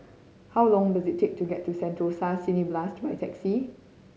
how long does it take to get to Sentosa Cineblast by taxi